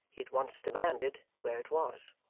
he at once demanded where it was.